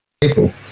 people